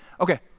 Okay